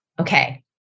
okay